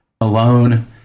alone